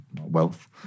wealth